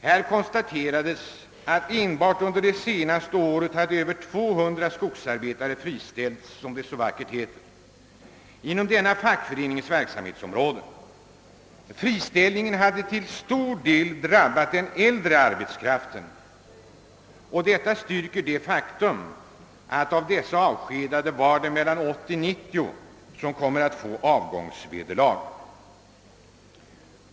Därvid konstaterades, att enbart under det senaste året över 200 skogsarbetare hade friställts, som det så vackert heter, inom denna fackavdelnings verksamhetsområde. Friställningarna hade till stor del drabbat den äldre arbetskraften. Detta styrkes av det faktum, att av dessa avskedade skogsarbetare mellan 80 och 90 kommer att få avgångsvederlag.